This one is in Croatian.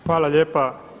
Hvala lijepa.